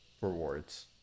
rewards